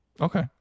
Okay